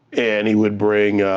and he would bring,